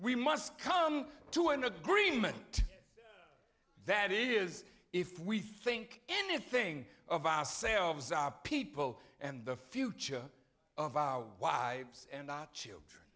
we must come to an agreement that is if we think anything of ourselves our people and the future of our wives and children